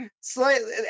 slightly